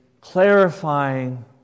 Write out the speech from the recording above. clarifying